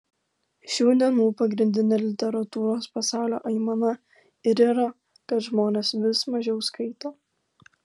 šių dienų pagrindinė literatūros pasaulio aimana ir yra kad žmonės vis mažiau skaito